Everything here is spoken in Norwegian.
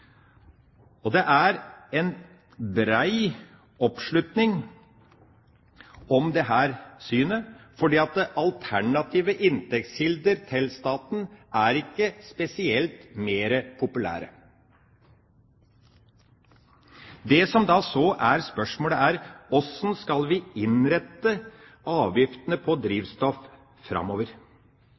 fellesskapets oppgaver. Det er brei oppslutning om dette synet, for alternative inntektskilder for staten er ikke spesielt mer populære. Det som da er spørsmålet, er: Hvordan skal vi innrette avgiftene på drivstoff framover?